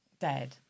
dead